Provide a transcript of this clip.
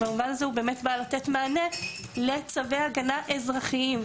במובן הזה הוא בא לתת מענה לצווי הגנה אזרחיים.